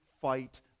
fight